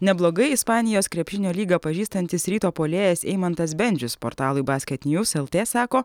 neblogai ispanijos krepšinio lygą pažįstantis ryto puolėjas eimantas bendžius portalui basketnews lt sako